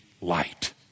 light